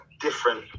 different